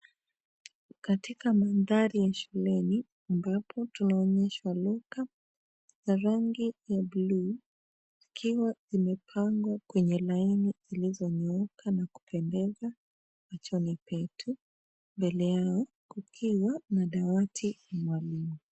Katika mandhari ya shuleni ambapo tunaonyeshwa locker za rangi ya bluu zikiwa zimepangwa kwenye laini zilizonyooka na kupendeza machoni petu. Mbele yao kukiwa na dawati maalum.